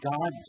God